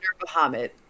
Muhammad